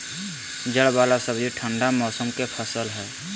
जड़ वाला सब्जि ठंडा मौसम के फसल हइ